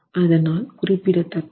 அதனால் குறிப்பிட தக்கது